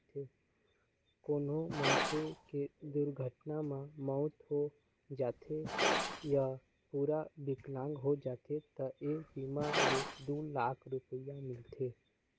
कोनो मनखे के दुरघटना म मउत हो जाथे य पूरा बिकलांग हो जाथे त ए बीमा ले दू लाख रूपिया मिलथे